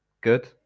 good